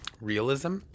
realism